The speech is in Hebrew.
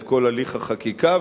את כל הליך החקיקה,